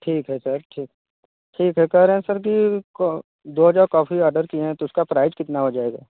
ठीक है सर ठीक ठीक है कह रहे हैं सर कि दो हज़ार कॉफी आर्डर किए हैं तो उसका प्राइस कितना हो जाएगा